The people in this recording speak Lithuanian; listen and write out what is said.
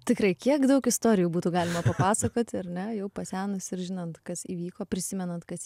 tikrai kiek daug istorijų būtų galima papasakoti ar ne jau pasenus ir žinant kas įvyko prisimenant kas